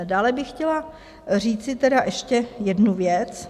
Dále bych chtěla říci ještě jednu věc.